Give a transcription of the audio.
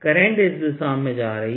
current इस दिशा में जा रही है